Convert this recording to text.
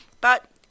But-